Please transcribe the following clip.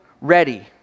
ready